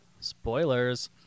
spoilers